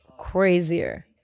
crazier